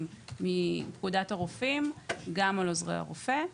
מפקודת הרופאים גם על עוזרי הרופא.